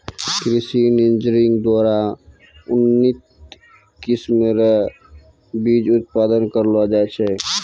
कृषि इंजीनियरिंग द्वारा उन्नत किस्म रो बीज उत्पादन करलो जाय छै